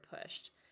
pushed